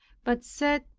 but said,